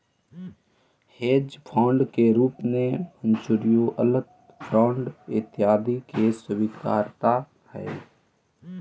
hedge fund के रूप में म्यूच्यूअल फंड इत्यादि के स्वीकार्यता हई